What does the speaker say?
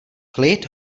klid